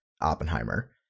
Oppenheimer